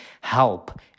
help